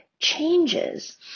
changes